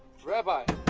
rabbi?